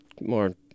more